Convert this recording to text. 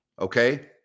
okay